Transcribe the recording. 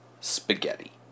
spaghetti